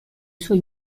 suoi